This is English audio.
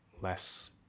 less